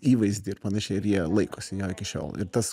įvaizdį ir panašiai ir jie laikosi jo iki šiol ir tas